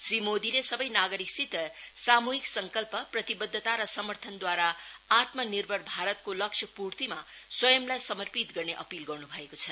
श्री मोदिले सबै नागरिकसित सामूहिक संकल्प प्रतिवद्यता र समर्थानदूवारा आत्मा निर्भर भारतको लक्ष्य पूतिर्मा स्वयंलाई समर्पित गर्ने अपील गर्नु भएको छ